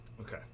Okay